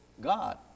God